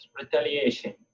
retaliation